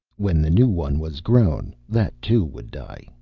when a new one was grown, that, too, would die.